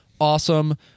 awesome